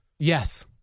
Yes